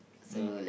mm